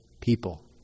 people